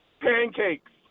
pancakes